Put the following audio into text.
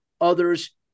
others